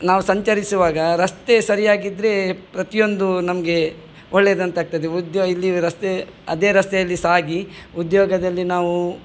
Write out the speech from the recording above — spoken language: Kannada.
ನಾವು ಸಂಚರಿಸುವಾಗ ರಸ್ತೆ ಸರಿಯಾಗಿದ್ದರೆ ಪ್ರತಿಯೊಂದು ನಮಗೆ ಒಳ್ಳೆದಂತಾಗ್ತದೆ ಉದ್ಯೋ ಇಲ್ಲಿ ರಸ್ತೆ ಅದೇ ರಸ್ತೆಯಲ್ಲಿ ಸಾಗಿ ಉದ್ಯೋಗದಲ್ಲಿ ನಾವು